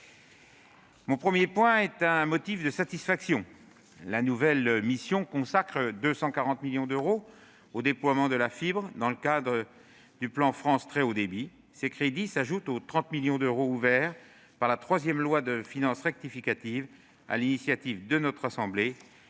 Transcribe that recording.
Mon premier point est un motif de satisfaction. La nouvelle mission consacre 240 millions d'euros au déploiement de la fibre dans le cadre du plan France Très haut débit. Ces crédits s'ajoutent aux 30 millions d'euros ouverts par la troisième loi de finances rectificative, à l'initiative de notre assemblée,